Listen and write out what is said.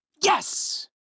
Yes